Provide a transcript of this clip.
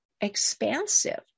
expansive